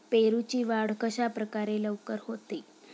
पेरूची वाढ कशाप्रकारे लवकर होते?